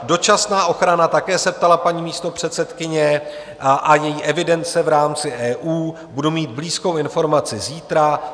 Dočasná ochrana také se ptala paní místopředsedkyně a její evidence v rámci EU: budu mít blízkou informaci zítra.